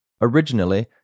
Originally